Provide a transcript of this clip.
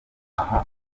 aha